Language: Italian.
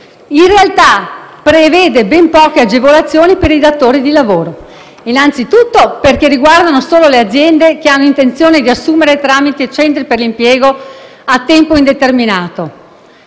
In realtà esso prevede ben poche agevolazioni per i datori di lavoro, innanzitutto perché riguardano solo le aziende che hanno intenzione di fare assunzioni a tempo indeterminato